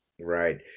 Right